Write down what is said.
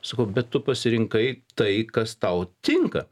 sakau bet tu pasirinkai tai kas tau tinka